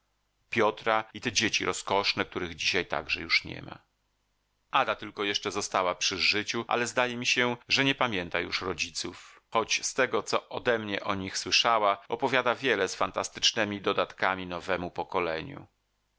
piotra i te dzieci rozkoszne których dzisiaj także już niema ada tylko jeszcze została przy życiu ale zdaje mi się że nie pamięta już rodziców choć z tego co odemnie o nich słyszała opowiada wiele z fantastycznemi dodatkami nowemu pokoleniu